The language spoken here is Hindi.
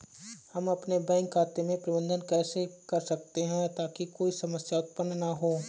हम अपने बैंक खाते का प्रबंधन कैसे कर सकते हैं ताकि कोई समस्या उत्पन्न न हो?